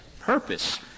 purpose